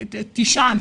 תישן,